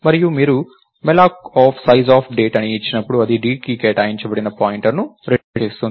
మరియు మీరు mallocsizeof అని ఇచ్చినప్పుడు అది d కి కేటాయించిన పాయింటర్ను రిటర్న్ చేస్తుంది